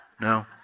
No